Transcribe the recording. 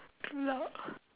too loud